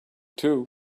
too